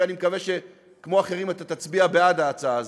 ואני מקווה שכמו אחרים אתה תצביע בעד ההצעה הזאת.